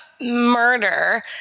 murder